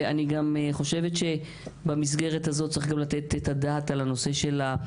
ואני גם חושבת שבמסגרת הזאת צריך גם לתת את הדעת על נושא הביטחון,